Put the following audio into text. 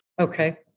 Okay